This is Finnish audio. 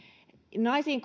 naisiin